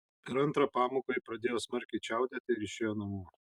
per antrą pamoką ji pradėjo smarkiai čiaudėti ir išėjo namo